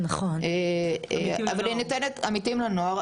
"עמיתים לנוער",